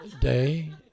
day